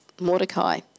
Mordecai